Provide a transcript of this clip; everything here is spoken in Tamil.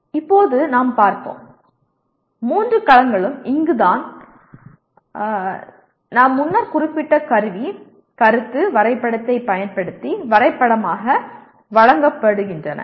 இப்போது நாம் பார்ப்போம் மூன்று களங்களும் இங்கு நான் முன்னர் குறிப்பிட்ட கருவி கருத்து வரைபடத்தைப் பயன்படுத்தி வரைபடமாக வழங்கப்படுகின்றன